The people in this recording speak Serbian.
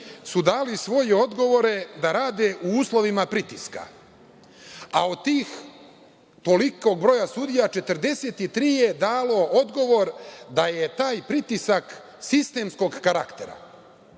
su dali svoje odgovore da rade u uslovima pritiska, a od tolikog broja sudija 43 je dalo odgovor da je taj pritisak sistemskog karaktera.